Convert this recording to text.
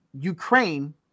Ukraine